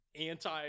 anti